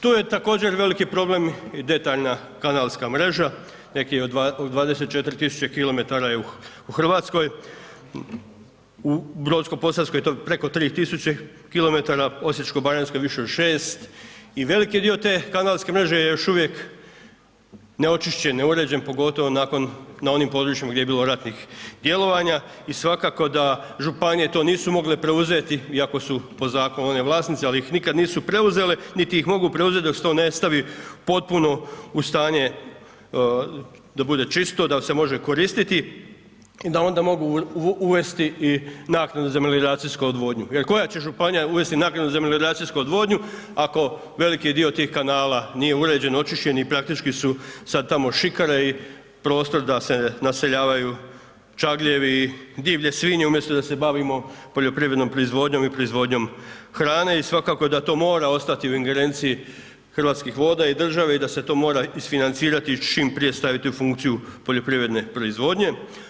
Tu je također veliki problem i detaljna kanalska mreža, neki od 24 tisuće kilometara je u Hrvatskoj, u Brodsko-posavskoj je to preko tri tisuće kilometara, Osječko-baranjskoj više od šest, i veliki dio te kanalske mreže je još uvijek neočišćen, neuređen, pogotovo nakon, na onim područjima gdje je bilo ratnih djelovanja, i svakako da Županije to nisu mogle preuzeti iako su po Zakonu one vlasnice, al' ih nikad nisu preuzele, niti ih mogu preuzeti dok se to ne stavi potpuno u stanje da bude čisto, da se može koristiti, i da onda mogu uvesti i naknade za melioracijsku odvodnju, jer koja će Županija uvesti naknade za melioracijsku odvodnju ako veliki dio tih kanala nije uređen, očišćen i praktički su sad tamo šikare i prostor da se naseljavaju čagljevi, divlje svinje umjesto da se bavimo poljoprivrednom proizvodnjom i proizvodnjom hrane, i svakako da to mora ostati u ingerenciji Hrvatskih voda i države, i da se to mora isfinancirati, i čim prije staviti u funkciju poljoprivredne proizvodnje.